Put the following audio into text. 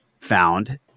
found